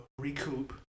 recoup